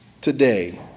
today